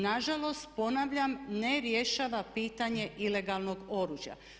Nažalost, ponavljam ne rješava pitanje ilegalnog oružja.